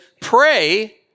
pray